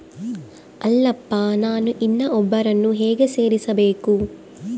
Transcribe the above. ಅಲ್ಲಪ್ಪ ನಾನು ಇನ್ನೂ ಒಬ್ಬರನ್ನ ಹೇಗೆ ಸೇರಿಸಬೇಕು?